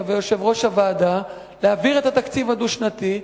ויושב-ראש הוועדה להעביר את התקציב הדו-שנתי,